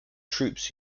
troops